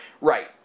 Right